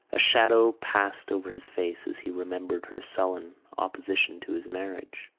a shadow passed over his face as he remembered her sullen opposition to his marriage.